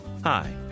Hi